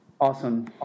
Awesome